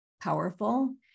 powerful